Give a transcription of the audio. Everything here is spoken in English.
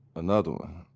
another one.